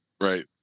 Right